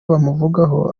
bamuvugaho